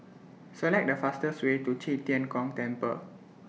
Select The fastest Way to Qi Tian Gong Temple